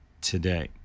today